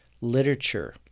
literature